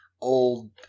Old